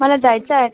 मला जायचं आहे